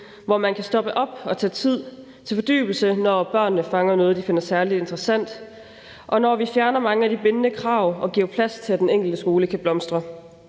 hvor man kan stoppe op og tage tid til fordybelse, når børnene fanger noget, de finder særlig interessant, og vi fjerner mange af de bindende krav og giver plads til, at den enkelte skole kan blomstre.